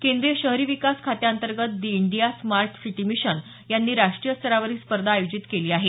केंद्रीय शहरी विकास खात्यांतर्गत the India smart city mission यांनी राष्ट्रीय स्तरावर ही स्पर्धा आयोजित केली आहे